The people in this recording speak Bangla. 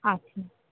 আচ্ছা